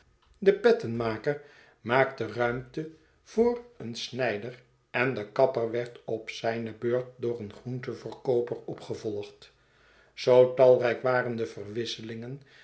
de pettenmaker maakte ruimte voor een snijder en de kapper werd op zijne beurt door een groentenverkooper opgevolgd zoo talrijk waren de verwisselingen